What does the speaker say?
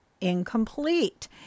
incomplete